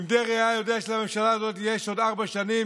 אם דרעי היה יודע שלממשלה הזאת יש עוד ארבע שנים,